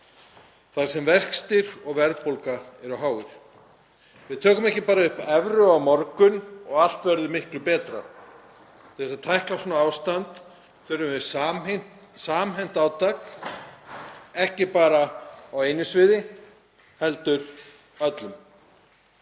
þar sem vextir og verðbólga eru há. Við tökum ekki upp evru á morgun og allt verður miklu betra. Til að tækla svona ástand þurfum við samhent átak, ekki bara á einu sviði heldur öllum.